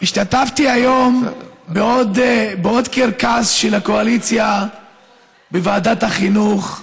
כשיהיה שוויון מוחלט, למה היא מקבלת הטוב משלושה